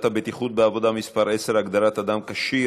הבטיחות בעבודה (מס' 10) (הגדרת אדם כשיר),